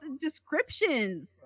descriptions